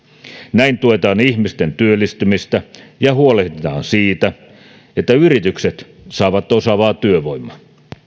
näin tuetaan ihmisten työllistymistä ja huolehditaan siitä että yritykset saavat osaavaa työvoimaa